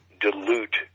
dilute